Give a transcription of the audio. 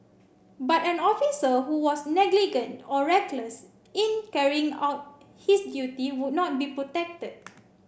but an officer who was negligent or reckless in carrying out his duty would not be protected